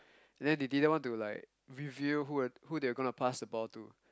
and then they didn't want to like reveal who th~ who they were gonna to pass the ball to